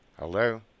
Hello